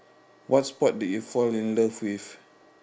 what sport did you fall in love with